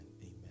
amen